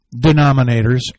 denominators